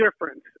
difference